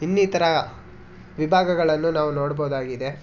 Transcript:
ಇನ್ನಿತರ ವಿಭಾಗಗಳನ್ನು ನಾವು ನೋಡ್ಬೋದಾಗಿದೆ